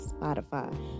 Spotify